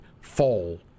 fall